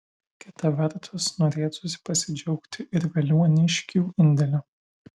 kita vertus norėtųsi pasidžiaugti ir veliuoniškių indėliu